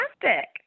fantastic